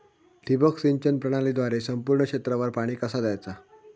ठिबक सिंचन प्रणालीद्वारे संपूर्ण क्षेत्रावर पाणी कसा दयाचा?